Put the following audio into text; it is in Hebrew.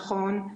נכון.